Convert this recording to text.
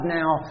now